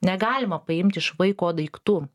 negalima paimt iš vaiko daiktų